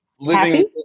living